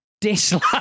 Dislike